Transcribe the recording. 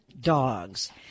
dogs